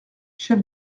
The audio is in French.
chef